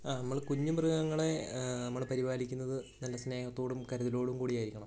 ആ നമ്മൾ കുഞ്ഞു മൃഗങ്ങളെ നമ്മൾ പരിപാലിക്കുന്നത് നല്ല സ്നേഹത്തോടും കരുതലോടും കൂടിയായിരിക്കണം